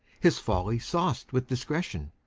his folly sauced with discretion.